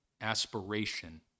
aspiration